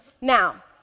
Now